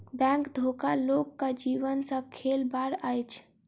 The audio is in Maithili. बैंक धोखा लोकक जीवन सॅ खेलबाड़ अछि